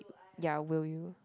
ya will you